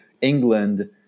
England